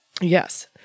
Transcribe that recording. Yes